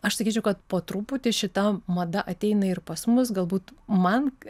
aš sakyčiau kad po truputį šita mada ateina ir pas mus galbūt man